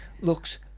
looks